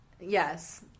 Yes